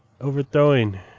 overthrowing